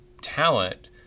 talent